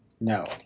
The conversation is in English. No